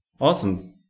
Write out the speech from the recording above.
Awesome